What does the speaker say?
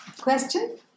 Question